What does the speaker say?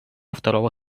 второго